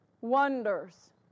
wonders